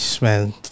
man